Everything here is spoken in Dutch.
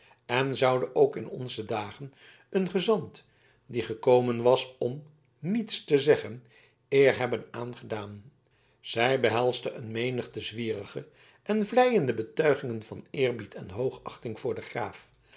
en zoude ook in onze dagen een gezant die gekomen was om niets te zeggen eer hebben aangedaan zij behelsde een menigte zwierige en vleiende betuigingen van eerbied en hoogachting voor den graaf